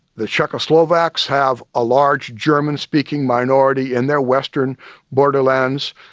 the czechoslovaks have a large german-speaking minority in their western borderlands,